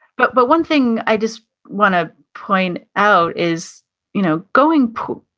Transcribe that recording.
but but one thing i just wanna point out is you know going poo,